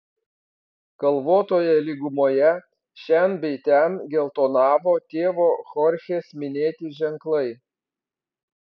kalvotoje lygumoje šen bei ten geltonavo tėvo chorchės minėti ženklai